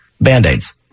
band-aids